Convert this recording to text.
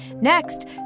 Next